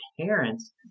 parents